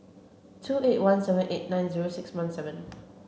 two eight one seven eight nine zero six one seven